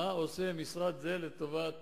מה עושה משרד זה לטובת